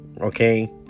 okay